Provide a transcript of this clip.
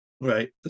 right